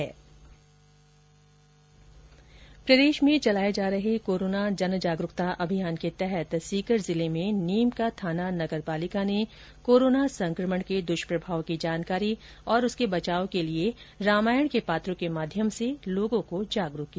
सीकर जिले में कोरोना जन जागरूकता अभियान के तहत नीमकाथाना नगर पालिका ने कोरोना संक्रमण के द्वष्प्रभाव की जानकारी और उसके बचाव के लिए रामायण के पात्रों के माध्यम से लोगों को जागरूक किया